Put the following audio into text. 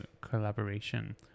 collaboration